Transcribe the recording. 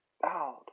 bowed